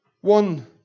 One